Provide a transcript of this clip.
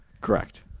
Correct